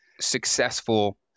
successful